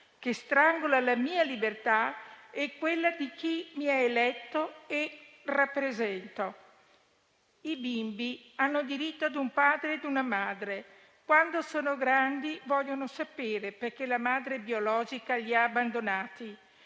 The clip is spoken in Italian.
che strangola la mia libertà e quella di chi mi ha eletto e che rappresento. I bimbi hanno diritto ad un padre e una madre. Quando sono grandi vogliono sapere perché la madre biologica li ha abbandonati